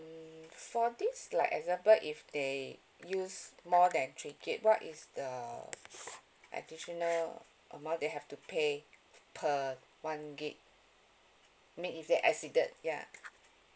for this like example if they use more than three gig what is the additional amount they have to pay per one gig mean if they exceeded ya